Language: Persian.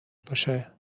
باشه